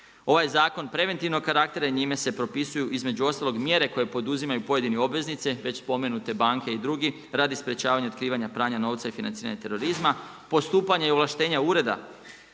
Ovaj je zakon preventivnog karaktera i njime se propisuju između ostalog mjere koje poduzimaju pojedine obveznice već spomenute banke i drugi radi sprječavanja otkrivanja pranja novca i financiranja terorizma, postupanja i ovlaštenja ureda,